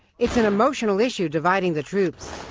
it's an emotional issue dividing the troops.